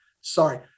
Sorry